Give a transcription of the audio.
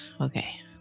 Okay